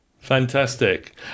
Fantastic